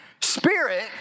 spirit